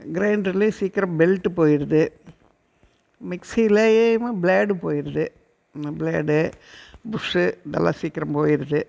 கிரைண்டர்லையும் சீக்கிரம் பெல்ட்டு போயிடுது மிக்ஸிலேயுமே பிளேடு போயிருது ஆமாம் பிளேடு புஷ்ஷு இதெல்லாம் சீக்கிரம் போயிடுது